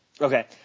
Okay